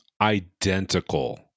identical